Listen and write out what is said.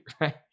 Right